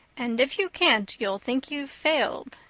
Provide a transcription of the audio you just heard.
and if you can't you'll think you've failed.